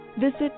Visit